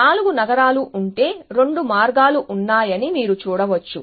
నాలుగు నగరాలు ఉంటే రెండు మార్గాలు ఉన్నాయని మీరు చూడవచ్చు